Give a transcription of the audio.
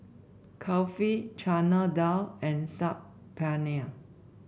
Kulfi Chana Dal and Saag Paneer